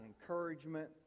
encouragement